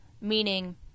Meaning